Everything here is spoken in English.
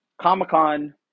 Comic-Con